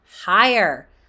higher